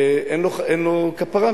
אין לו כפרה,